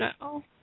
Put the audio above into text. No